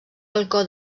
balcó